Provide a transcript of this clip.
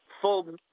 full